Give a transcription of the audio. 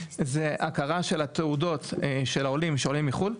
זה הכרה של התעודות של העולים שעולים מחו"ל.